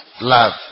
love